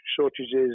shortages